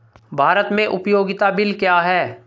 भारत में उपयोगिता बिल क्या हैं?